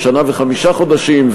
או שנה וחמישה חודשים,